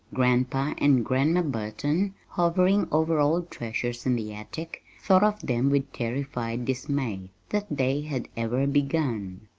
grandpa and grandma burton, hovering over old treasures in the attic, thought of them with terrified dismay that they had ever begun.